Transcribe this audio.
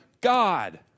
God